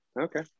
Okay